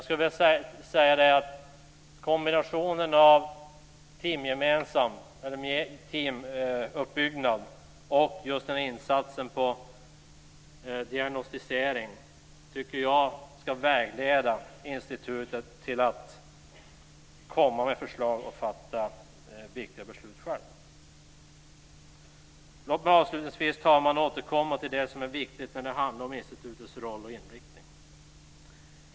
Kombinationen av teamuppbyggnad och nämnda insats på diagnostisering tycker jag ska vägleda institutet när det gäller att självt komma med förslag och att fatta viktiga beslut. Avslutningsvis, fru talman, återkommer jag till det som är viktigt när det gäller institutets roll och inriktning.